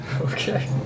Okay